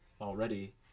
already